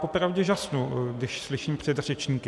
Popravdě žasnu, když slyším předřečníky.